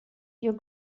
your